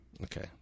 Okay